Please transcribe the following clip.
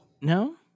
No